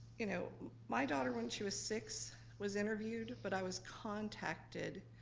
you know, my daughter when she was six was interviewed, but i was contacted,